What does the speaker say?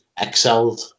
Excelled